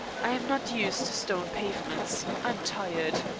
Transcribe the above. i'm not used to stone pavements. i'm tired.